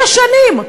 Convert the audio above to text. שש שנים.